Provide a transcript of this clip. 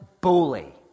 bully